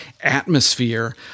atmosphere